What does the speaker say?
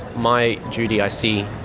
my duty i see,